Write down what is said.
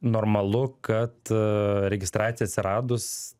normalu kad registracijai atsiradus